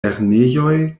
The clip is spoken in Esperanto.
lernejoj